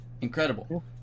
incredible